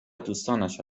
دوستانش